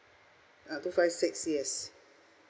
uh two five six yes